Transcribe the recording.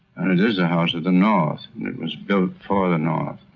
it is a house of the north, and it was built for the north.